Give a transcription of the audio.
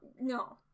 No